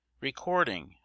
Recording